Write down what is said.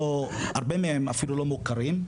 הרבה מהם אפילו לא מוכרים.